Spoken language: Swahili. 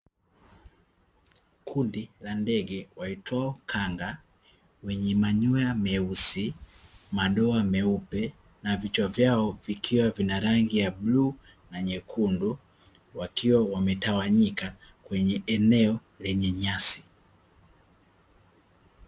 Kundi la ndege waitwao kanga, wenye manyoya meusi, madoa meupe na vichwa vyao vikiwa vina rangi ya bluu na nyekundu, wakiwa wametawanyika kwenye eneo lenye nyasi.